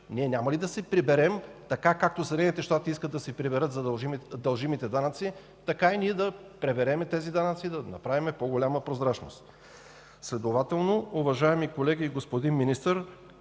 Ние няма ли да си ги приберем? Както Съединените щати искат да си приберат дължимите данъци, така и ние да приберем тези данъци, да направим по-голяма прозрачност. Следователно, уважаеми колега и господин Министър,